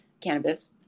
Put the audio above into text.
cannabis